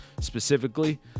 specifically